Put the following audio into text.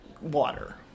water